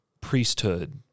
priesthood